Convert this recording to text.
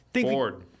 Ford